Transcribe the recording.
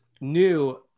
new